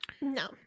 No